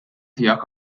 tiegħek